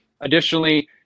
Additionally